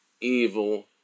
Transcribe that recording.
evil